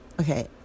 okay